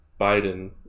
Biden